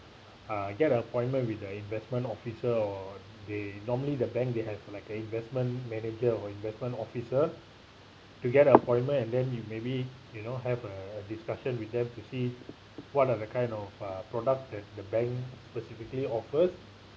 uh get an appointment with the investment officer or they normally the bank they have like an investment manager or investment officer to get an appointment and then you maybe you know have a discussion with them to see what are the kind of uh product that the bank specifically offers